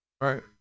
Right